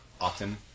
often